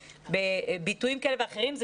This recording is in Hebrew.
וביטויים כאלה ואחרים.